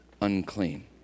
unclean